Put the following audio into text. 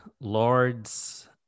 Lords